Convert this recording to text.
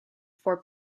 for